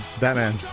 Batman